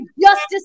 justice